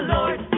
Lord